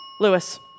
Lewis